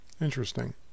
Interesting